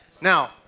now